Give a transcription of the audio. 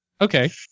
Okay